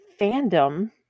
fandom